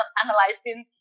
analyzing